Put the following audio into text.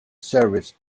service